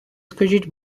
скажіть